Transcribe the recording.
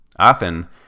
Often